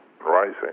rising